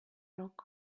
rock